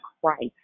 Christ